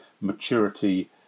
maturity